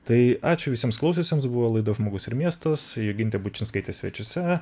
tai ačiū visiems klausiusiems buvo laida žmogus ir miestas jogintė bučinskaitė svečiuose